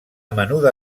menuda